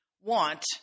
want